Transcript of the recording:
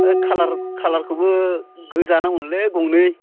ओइथ कलार कालारखौबो गोजा नागौनोलै गंनै